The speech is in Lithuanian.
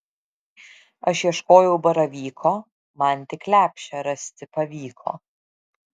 aš ieškojau baravyko man tik lepšę rasti pavyko